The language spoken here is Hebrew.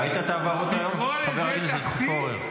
ראית את ההעברות היום, חבר הכנסת פורר?